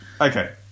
Okay